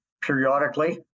periodically